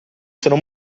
sono